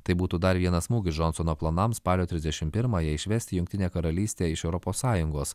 tai būtų dar vienas smūgis džonsono planams spalio trisdešim pirmąją išvesti jungtinę karalystę iš europos sąjungos